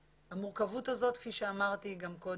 המורכבות הזאת, כפי שאמרתי גם קודם,